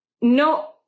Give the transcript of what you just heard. No